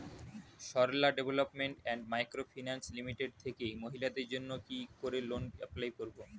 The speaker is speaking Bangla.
Sarala development and micro finance limited থেকে মহিলাদের জন্য কি করে লোন এপ্লাই করব?